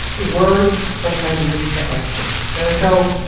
words sometimes lead to actions. and so,